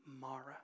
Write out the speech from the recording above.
Mara